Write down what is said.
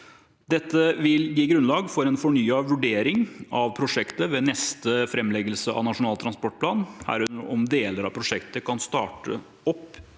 Dette vil gi grunnlag for en fornyet vurdering av prosjektet ved neste framleggelse av Nasjonal transportplan, herunder om deler av prosjektet kan startes opp